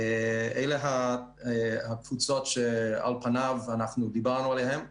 אלה הקבוצות שעל פניו אנחנו דיברנו עליהן.